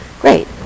great